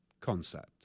concept